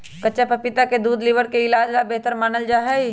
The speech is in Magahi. कच्चा पपीता के दूध लीवर के इलाज ला बेहतर मानल जाहई